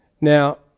Now